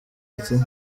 ati